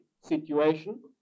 situation